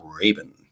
Raven